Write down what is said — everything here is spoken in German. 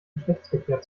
geschlechtsverkehr